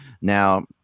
Now